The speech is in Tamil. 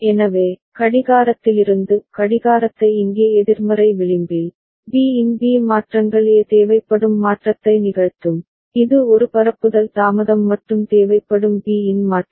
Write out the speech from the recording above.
எனவே கடிகாரத்திலிருந்து கடிகாரத்தை இங்கே எதிர்மறை விளிம்பில் B இன் B மாற்றங்கள் A தேவைப்படும் மாற்றத்தை நிகழ்த்தும் இது ஒரு பரப்புதல் தாமதம் மற்றும் தேவைப்படும் B இன் மாற்றம்